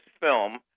film